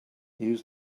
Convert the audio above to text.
please